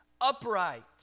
upright